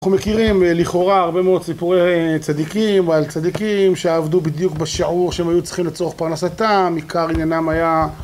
אנחנו מכירים לכאורה הרבה מאוד סיפורי צדיקים, על צדיקים שעבדו בדיוק בשעור שהם היו צריכים לצורך פרנסתם, עיקר עניינם היה...